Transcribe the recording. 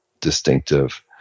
distinctive